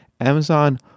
Amazon